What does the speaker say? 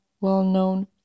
well-known